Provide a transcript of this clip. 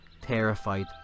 terrified